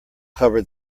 cover